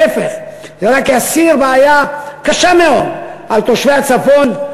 להפך, זה רק יסיר בעיה קשה מאוד של תושבי הצפון.